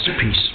peace